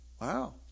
Wow